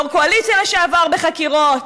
בחקירות, יו"ר קואליציה לשעבר, בחקירות.